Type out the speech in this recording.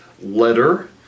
letter